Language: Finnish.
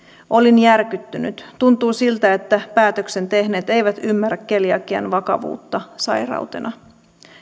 olin järkyttynyt tuntuu siltä että päätöksen tehneet eivät ymmärrä keliakian vakavuutta sairautena